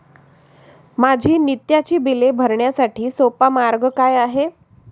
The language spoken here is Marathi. माझी नित्याची बिले भरण्यासाठी सोपा मार्ग काय आहे?